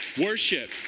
worship